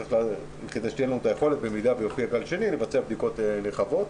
כדי שתהיה לנו יכולת במידה ויופיע גל שני לבצע בדיקות נרחבות.